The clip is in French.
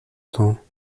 temps